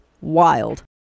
wild